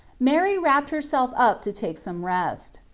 mary wrapped herself up to take some rest.